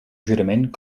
jurament